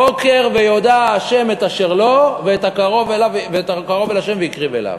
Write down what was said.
בוקר ויודע ה' את אשר לו ואת הקרוב והקריב אליו.